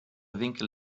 winkel